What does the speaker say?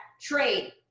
trade